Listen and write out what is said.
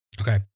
Okay